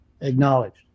acknowledged